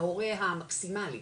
ההורה המקסימלי,